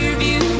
view